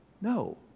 No